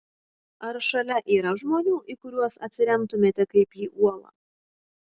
ar šalia yra žmonių į kuriuos atsiremtumėte kaip į uolą